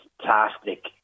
plastic